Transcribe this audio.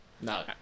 No